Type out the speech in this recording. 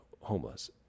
homeless